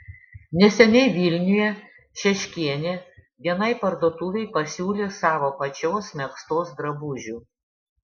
neseniai vilniuje šeškienė vienai parduotuvei pasiūlė savo pačios megztos drabužių